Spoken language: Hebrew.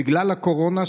בגלל הקורונה,